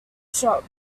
shot